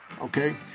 okay